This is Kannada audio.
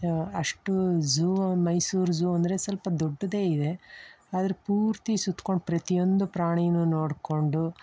ಅಷ್ಟು ಝೂ ಮೈಸೂರು ಝೂ ಅಂದರೆ ಸ್ವಲ್ಪ ದೊಡ್ಡದೇ ಇದೆ ಅದ್ರ ಪೂರ್ತಿ ಸುತ್ಕೊಂಡು ಪ್ರತಿಯೊಂದು ಪ್ರಾಣಿನೂ ನೋಡಿಕೊಂಡು